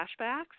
flashbacks